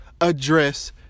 address